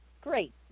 Great